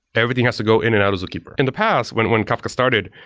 everything has to go in and out of zookeeper. in the past, when when kafka started,